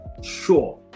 sure